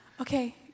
Okay